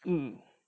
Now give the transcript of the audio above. mm